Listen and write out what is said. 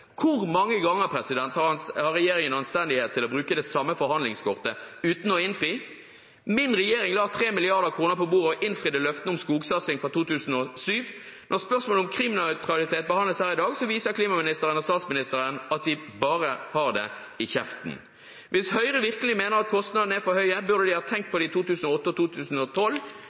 Hvor mange ganger har regjeringen anstendighet til å bruke det samme forhandlingskortet uten å innfri? Min regjering la 3 mrd. kr på bordet og innfridde løftene om skogsatsing fra 2007. Når spørsmålet om klimanøytralitet behandles her i dag, viser klimaministeren og statsministeren at de bare har det i kjeften. Hvis Høyre virkelig mener at kostnadene er for høye, burde de ha tenkt på det i 2008 og i 2012,